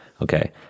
Okay